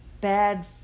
bad